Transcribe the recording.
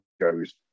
goes